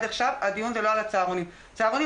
דודי,